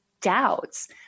doubts